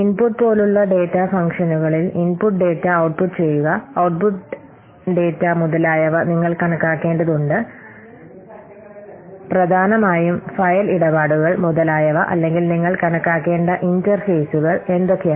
input പോലുള്ള data ഫംഗ്ഷനുകളിൽ input data output ചെയ്യുക ഔട്ട്പുട്ട് ഡാറ്റ മുതലായവ നിങ്ങൾ കണക്കാക്കേണ്ടതുണ്ട് പ്രധാനമായും ഫയൽ ഇടപാടുകൾ മുതലായവ അല്ലെങ്കിൽ നിങ്ങൾ കണക്കാക്കേണ്ട ഇന്റർഫേസുകൾ എന്തൊക്കെയാണ്